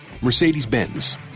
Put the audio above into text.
Mercedes-Benz